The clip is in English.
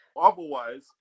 Otherwise